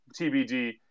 TBD